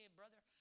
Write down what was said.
brother